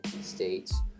States